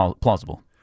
plausible